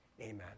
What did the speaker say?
Amen